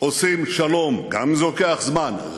עושים שלום גם אם זה לוקח זמן,